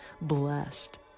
blessed